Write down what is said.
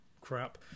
crap